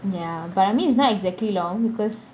ya but I mean it's not exactly long because